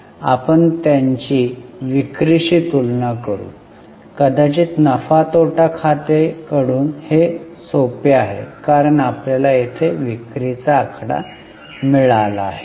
आपण त्यांची विक्रीशी तुलना करू कदाचित नफा तोटा खाते कडून हे सोपे आहे कारण आपल्याला येथे विक्रीचा आकडा मिळाला आहे